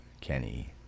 kenny